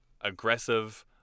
aggressive